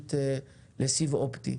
כלכלית לסיב אופטי.